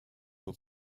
will